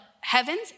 heavens